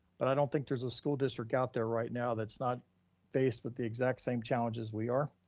but i don't think there's a school district out there right now that's not faced with the exact same challenges we are.